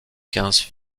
quinze